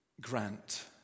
Grant